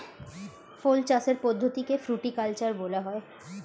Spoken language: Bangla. ফল চাষের পদ্ধতিকে ফ্রুটিকালচার বলা হয়